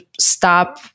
stop